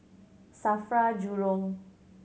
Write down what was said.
SAFRA Jurong